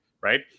right